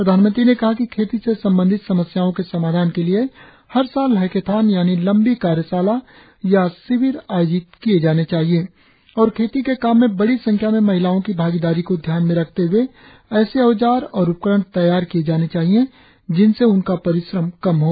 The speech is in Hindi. प्रधानमंत्री ने कहा कि खेती से संबंधित समस्याओं के समाधान के लिए हर साल हैकेथॉन यानि लंबी कार्यशाला या शिविर आयोजित किये जाने चाहिए और खेती के काम में बड़ी संख्या में महिलाओं की भागीदारी को ध्यान में रखते हुए ऐसे औजार और उपकरण तैयार किये जाने चाहिए जिनसे उनका परिश्रम कम हो